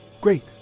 Great